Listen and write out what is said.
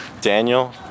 daniel